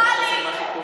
תקרא לי,